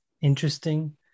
interesting